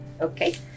Okay